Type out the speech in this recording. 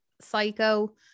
psycho